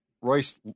Royce